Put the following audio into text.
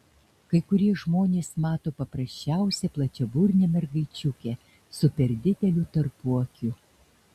kai kurie žmonės mato paprasčiausią plačiaburnę mergaičiukę su per dideliu tarpuakiu